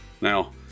Now